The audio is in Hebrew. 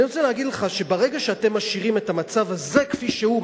אני רוצה להגיד לך שברגע שאתם משאירים את המצב הזה כפי שהוא,